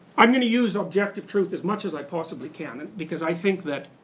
i'm gonna use objective truth as much as i possibly can because i think that